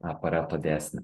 pareto dėsnį